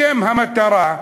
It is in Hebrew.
בשם המטרה,